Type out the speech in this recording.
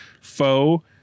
foe